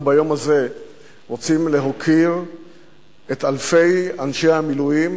ביום הזה אנחנו רוצים להוקיר את אלפי אנשי המילואים